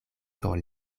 sur